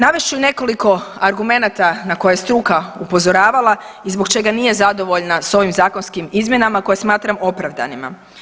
Navest ću nekoliko argumenata na koje je struka upozoravala i zbog čega nije zadovoljna sa ovim zakonskim izmjenama koje smatram opravdanima.